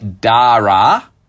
Dara